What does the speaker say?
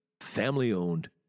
family-owned